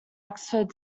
oxford